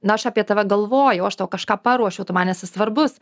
na aš apie tave galvoju aš tau kažką paruošiu o tu man esi svarbus